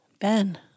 ben